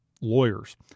lawyers